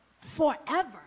forever